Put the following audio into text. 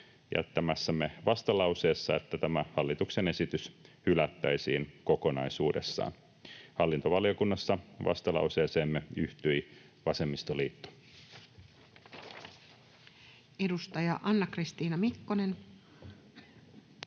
jättämässämme vastalauseessa, että tämä hallituksen esitys hylättäisiin kokonaisuudessaan. Hallintovaliokunnassa vastalauseeseemme yhtyi vasemmistoliitto. Edustaja Anna-Kristiina Mikkonen.